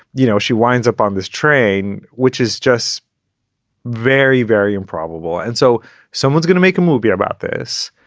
you know, she winds up on this train, which is just very, very improbable. and so someone's gonna make a movie about this.